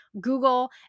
Google